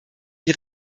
die